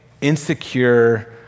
insecure